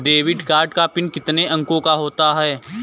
Debit card का PIN कितने अंकों का होता है?